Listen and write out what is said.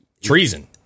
Treason